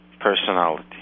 personality